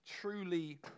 truly